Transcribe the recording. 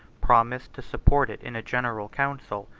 promised to support it in a general council,